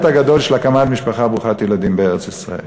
הגדול של הקמת משפחה ברוכת ילדים בארץ-ישראל.